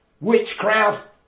witchcraft